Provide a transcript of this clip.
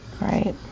right